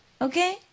Okay